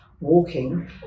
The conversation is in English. walking